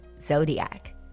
Zodiac